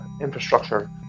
infrastructure